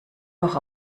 auch